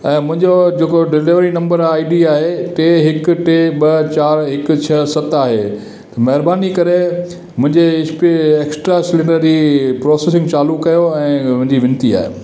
ऐं मुंहिंजो जे को डिलेवरी नम्बर आई डी आहे टे हिकु टे ॿ चारि हिकु छह सत आहे महिरबानी करे मुंहिंजे स्पे एक्स्ट्रा सिलेंडर जी प्रोसेसिंग चालू कयो ऐं मुंहिंजी विनती आहे